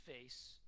face